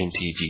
MTG